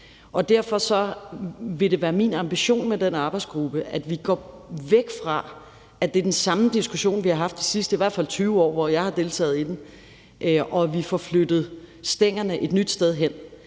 om. Derfor vil det være min ambition med den arbejdsgruppe, at vi går væk fra, at det er den samme diskussion, vi har haft de sidste i hvert fald 20 år, hvor jeg har deltaget i den, og får flyttet stængerne et nyt sted hen.